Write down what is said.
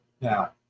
now